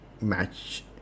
match